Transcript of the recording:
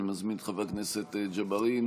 אני מזמין את חבר הכנסת ג'בארין